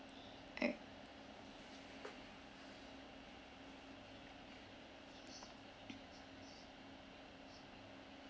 aight